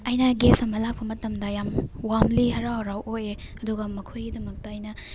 ꯑꯩꯅ ꯒꯦꯁ ꯑꯃ ꯂꯥꯛꯄ ꯃꯇꯝꯗ ꯌꯥꯝ ꯋꯥꯝꯂꯤ ꯍꯔꯥꯎ ꯍꯔꯥꯎ ꯑꯣꯛꯑꯦ ꯑꯗꯨꯒ ꯃꯈꯣꯏꯒꯤꯗꯃꯛꯇ ꯑꯩꯅ